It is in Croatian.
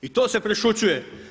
I to se prešućuje.